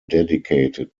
dedicated